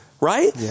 Right